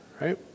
Right